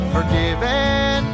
Forgiven